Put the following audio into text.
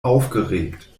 aufgeregt